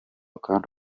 akandi